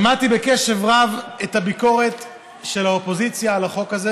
שמעתי בקשב רב את הביקורת של האופוזיציה על החוק הזה